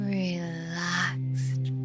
relaxed